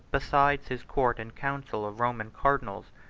besides his court and council of roman cardinals,